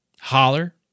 holler